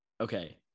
Okay